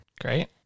Great